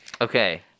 Okay